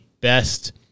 best